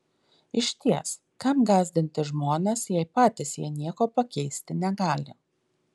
išties kam gąsdinti žmones jei patys jie nieko pakeisti negali